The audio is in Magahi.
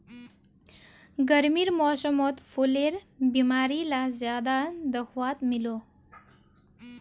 गर्मीर मौसमोत फुलेर बीमारी ला ज्यादा दखवात मिलोह